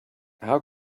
how